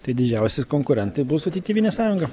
tai didžiausi konkurentai bus tėvynės sąjunga